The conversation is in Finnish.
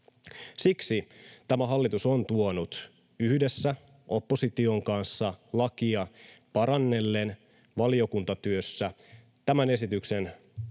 Siksi tämä hallitus on tuonut yhdessä opposition kanssa valiokuntatyössä lakia parannellen tämän esityksen